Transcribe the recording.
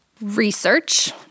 Research